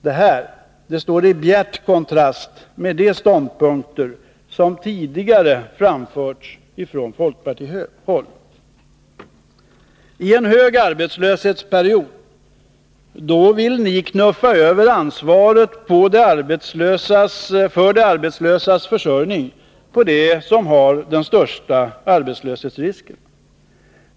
Det här står i bjärt kontrast till de ståndpunkter som tidigare har framförts från folkpartihåll.I en period av hög arbetslöshet vill ni knuffa över ansvaret för de arbetslösas försörjning på dem som har den största arbetslöshetsrisken.